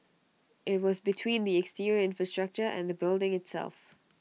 IT was between the exterior infrastructure and the building itself